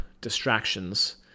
distractions